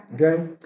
Okay